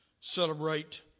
celebrate